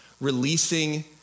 releasing